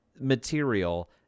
material